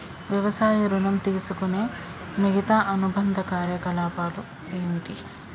వ్యవసాయ ఋణం తీసుకునే మిగితా అనుబంధ కార్యకలాపాలు ఏమిటి?